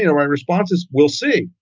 you know my response is we'll see.